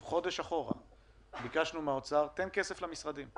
שלפני חודש ביקשנו מהאוצר לתת כסף למשרדים.